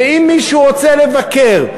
ואם מישהו רוצה לבקר,